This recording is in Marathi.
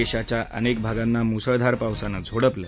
दशीच्या अनक्त भागांना मुसळधार पावसानं झोडपलं